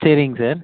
சரிங்க சார்